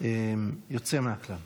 יוצא מהכלל.